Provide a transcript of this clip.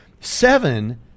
seven